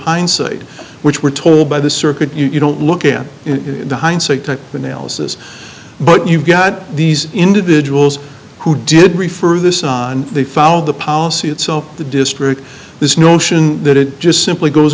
hindsight which we're told by the circuit you don't look at it in hindsight type analysis but you've got these individuals who did refer this on they found the policy itself the district this notion that it just simply goes